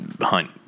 hunt